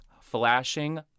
flashing